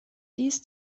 dies